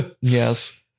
yes